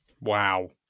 wow